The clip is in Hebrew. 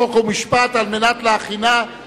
חוק ומשפט נתקבלה.